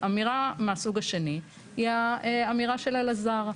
האמירה מהסוג השני היא האמירה של אלעזר.